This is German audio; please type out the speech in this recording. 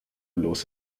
los